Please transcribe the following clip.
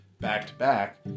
back-to-back